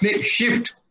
shift